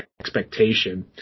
expectation